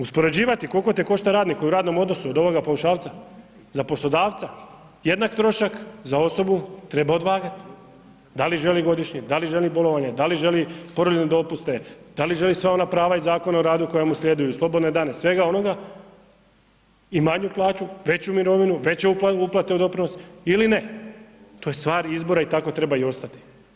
Uspoređivati koliko te košta radnik u radnom odnosu od ovoga paušalca za poslodavca jednak trošak, za osobu treba odvagati, da li želi godišnji, da li želi bolovanje, da li želi porodiljne dopuste, da li želi sva ona prava iz Zakona o radu koja mu sljeduju, slobodne dane, svega onoga i manju plaću, veću mirovinu, veće uplate u doprinos ili ne, to je stvar izbora i tako treba i ostati.